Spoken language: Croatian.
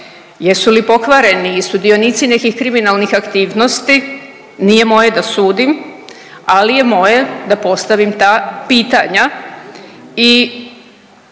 jesu li pokvareni i sudionici nekih kriminalnih aktivnosti nije moje da sudim, ali je moje da postavim ta pitanja i